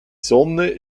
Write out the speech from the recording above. sonne